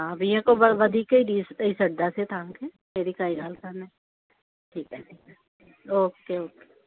हा वीहे खां व वधीक ई ॾी ॾई छॾींदासीं तव्हांखे अहिड़ी काई ॻाल्हि कोन्हे ठीकु आहे ठीकु आहे ओके ओके